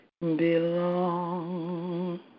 belong